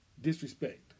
Disrespect